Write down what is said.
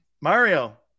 Mario